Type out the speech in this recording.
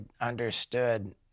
understood